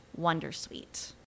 wondersuite